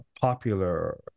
popular